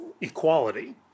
equality